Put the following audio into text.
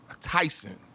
Tyson